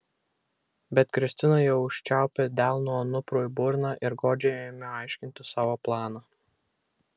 bet kristina jau užčiaupė delnu anuprui burną ir godžiai ėmė aiškinti savo planą